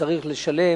שצריך לשלם.